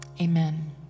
amen